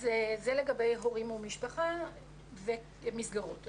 זה לגבי הורים ומשפחה ומסגרות.